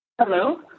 Hello